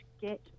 get